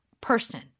person